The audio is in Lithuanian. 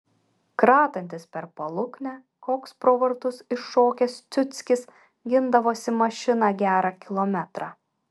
kratantis per paluknę koks pro vartus iššokęs ciuckis gindavosi mašiną gerą kilometrą